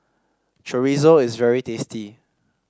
Chorizo is very tasty